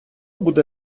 буде